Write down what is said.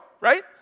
right